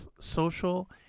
social